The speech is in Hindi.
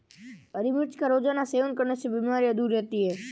हरी मिर्च का रोज़ाना सेवन करने से बीमारियाँ दूर रहती है